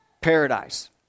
Paradise